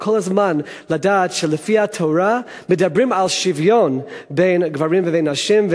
וכל הזמן לדעת שלפי התורה מדברים על שוויון בין גברים ובין נשים,